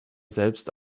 selbst